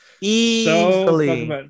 easily